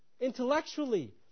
intellectually